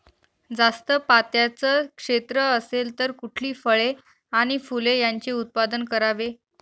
जास्त पात्याचं क्षेत्र असेल तर कुठली फळे आणि फूले यांचे उत्पादन करावे?